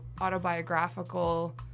autobiographical